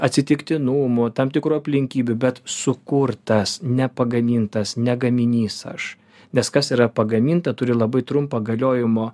atsitiktinumų tam tikrų aplinkybių bet sukurtas ne pagamintas ne gaminys aš nes kas yra pagaminta turi labai trumpą galiojimo